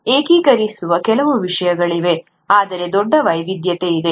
ಏಕೀಕರಿಸುವ ಕೆಲವು ವಿಷಯಗಳಿವೆ ಆದರೆ ದೊಡ್ಡ ವೈವಿಧ್ಯತೆಯಿದೆ